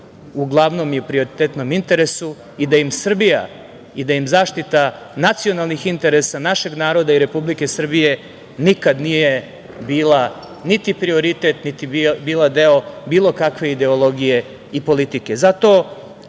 uglavnom i prioritetnom interesu i da im Srbija i da im zaštita nacionalnih interesa našeg naroda i Republike Srbije nikada nije bila niti prioritet, niti bila deo bilo kakve ideologije i politike. Zato